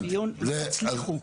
מפעלי מיון לא יצליחו.